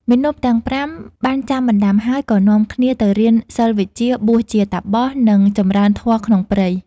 មាណពទាំង ៥ បានចាំបណ្ដាំហើយ ក៏នាំគ្នាទៅរៀនសិល្បវិជ្ជា បួសជាតាបស និងចម្រើនធម៌ក្នុងព្រៃ។